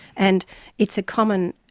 and it's a common,